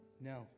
No